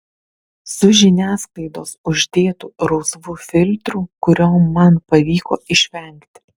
su žiniasklaidos uždėtu rausvu filtru kurio man pavyko išvengti